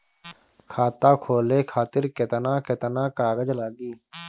खाता खोले खातिर केतना केतना कागज लागी?